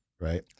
right